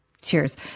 Cheers